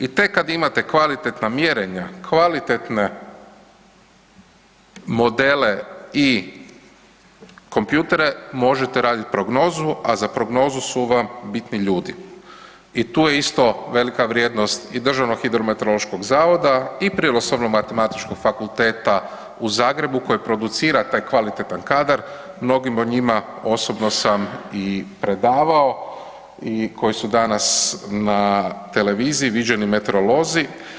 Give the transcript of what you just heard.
I tek kad imate kvalitetna mjerenja, kvalitetne modele i kompjutere možete radit prognozu, a za prognozu su vam bitni ljudi i tu je isto velika vrijednost i DHMZ-a i Prirodoslovno matematičkog fakulteta u Zagrebu koji producira taj kvalitetan kadar, mnogim od njima osobno sam i predavao i koji su danas na televiziji viđeni meteorolozi.